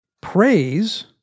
praise